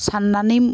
सान्नानै